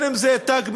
אם "תג מחיר",